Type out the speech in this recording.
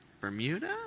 Bermuda